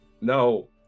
No